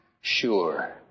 sure